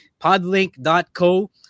podlink.co